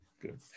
Good